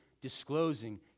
disclosing